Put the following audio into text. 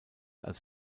als